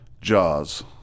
Jaws